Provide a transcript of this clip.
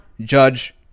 Judge